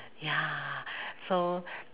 ya so ah